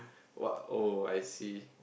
what oh I see